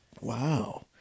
Wow